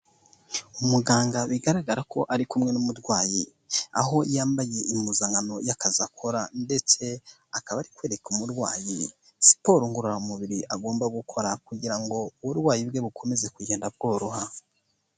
Umuganga bigaragara ko ari kumwe n'umurwayi, aho yambaye impuzankano y'akazi akora ndetse akaba ari kwereka umurwayi siporo ngororamubiri agomba gukora kugira ngo uburwayi bwe bukomeze kugenda bworoha.